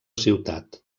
ciutat